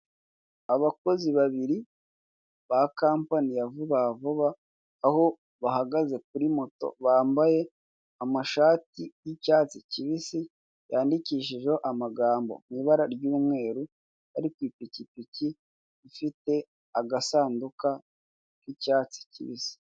Abakozi abiri ba kampani ya vuba vuba, aho bahagaze kuri moto, bambaye amashati y'icyatsi kibisi yandikishijweho amagambo mu ibara ry'umweru, bari ku ipikipiki ifite agasanduka k'icyatsi kibisi.